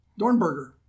Dornberger